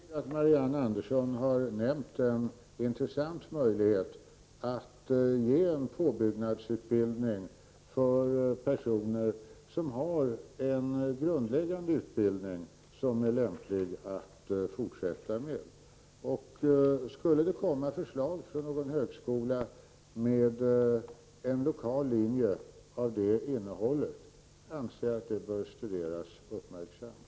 Fru talman! Jag tycker att Marianne Andersson har nämnt en intressant möjlighet, att ge en påbyggnadsutbildning för personer som har en grundläggande utbildning som är lämplig att bygga vidare på. Skulle det komma något förslag från någon högskola om en lokal linje med det innehållet anser jag att det bör studeras uppmärksamt.